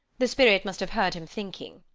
the spirit must have heard him thinking,